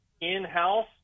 in-house